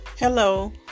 Hello